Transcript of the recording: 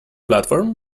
platform